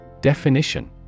Definition